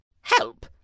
Help